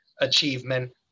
achievement